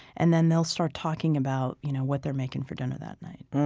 and then they'll start talking about you know what they're making for dinner that night.